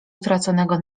utraconego